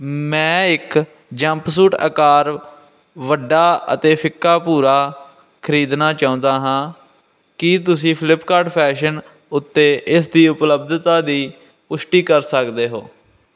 ਮੈਂ ਇੱਕ ਜੰਪਸੁਟ ਅਕਾਰ ਵੱਡਾ ਅਤੇ ਫਿੱਕਾ ਭੂਰਾ ਖਰੀਦਣਾ ਚਾਹੁੰਦਾ ਹਾਂ ਕੀ ਤੁਸੀਂ ਫਲਿੱਪਕਾਰਟ ਫੈਸ਼ਨ ਉੱਤੇ ਇਸ ਦੀ ਉਪਲੱਬਧਤਾ ਦੀ ਪੁਸ਼ਟੀ ਕਰ ਸਕਦੇ ਹੋ